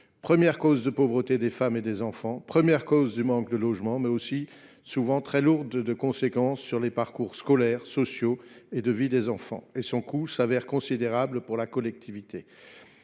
première cause de pauvreté des femmes et des enfants. Elle est également la première cause du manque de logements, mais elle est aussi souvent très lourde de conséquences sur les parcours scolaires, sociaux et de vie des enfants. Son coût se révèle considérable pour la collectivité.